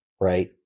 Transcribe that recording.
Right